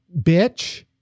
bitch